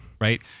right